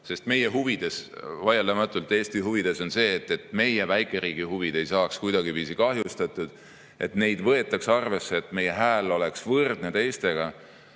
keskkonnal, sest vaieldamatult on Eesti huvides see, et meie väikeriigi huvid ei saaks kuidagiviisi kahjustatud, et meid võetakse arvesse ja et meie hääl oleks võrdne teistega.